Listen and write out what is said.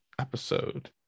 episode